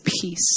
Peace